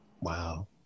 Wow